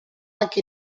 anche